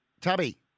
Tubby